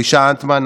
אלישע אנטמן,